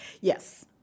Yes